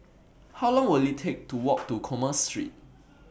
How Long Will IT Take to Walk to Commerce Street